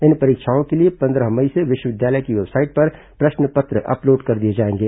इन परीक्षाओं के लिए पंद्रह मई से विश्वविद्यालय की वेबसाइट पर प्रश्न पत्र अपलोड कर दिए जाएंगे